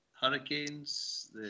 Hurricanes